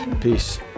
Peace